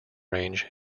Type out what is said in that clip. range